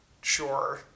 sure